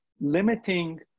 limiting